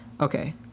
Okay